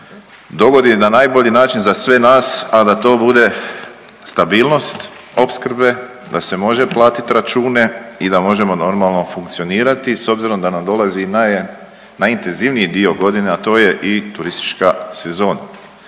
dogodi na najbolji način za sve nas a da ta bude stabilnost opskrbe da se može platiti račune i da možemo normalno funkcionirati s obzirom da nam dolazi najintenzivniji dio godine a to je i turistička sezona.